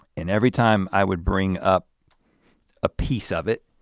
and every time i would bring up a piece of it,